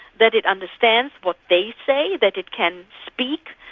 that it understands what they say, that it can speak,